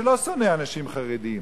שלא שונא אנשים חרדים,